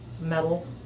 metal